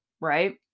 right